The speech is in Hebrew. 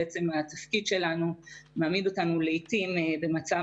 התפקיד שלנו מעמיד אותנו לעתים במצב